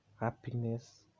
happiness